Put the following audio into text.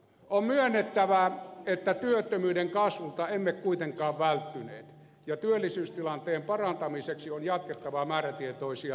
on myönnettävä että työttömyyden kasvulta emme kuitenkaan välttyneet ja työllisyystilanteen parantamiseksi on jatkettava määrätietoisia toimia